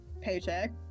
Paycheck